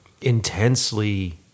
intensely